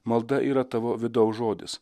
malda yra tavo vidaus žodis